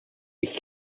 ich